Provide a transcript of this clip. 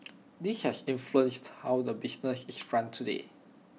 this has influenced how the business is run today